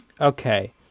Okay